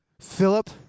Philip